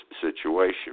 situation